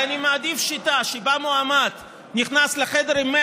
אני מעדיף שיטה שבה מועמד נכנס לחדר עם 100